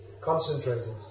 Concentrated